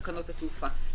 תקנות התעופה.